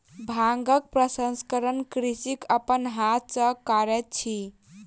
भांगक प्रसंस्करण कृषक अपन हाथ सॅ करैत अछि